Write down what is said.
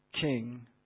king